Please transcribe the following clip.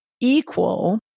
equal